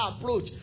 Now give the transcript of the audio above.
approach